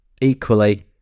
Equally